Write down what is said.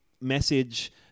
message